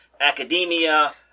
academia